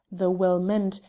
though well meant,